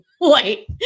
wait